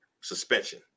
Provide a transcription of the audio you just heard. suspension